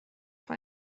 vor